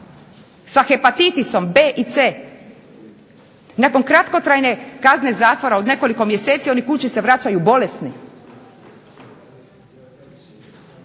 sa hepatitisom B i C, nakon kratkotrajne kazne zatvora od nekoliko mjeseci oni se kući vraćaju bolesni.